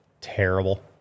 terrible